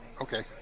Okay